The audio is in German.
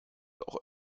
auch